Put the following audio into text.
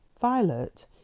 Violet